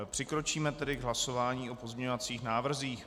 Přikročíme tedy k hlasování o pozměňovacích návrzích.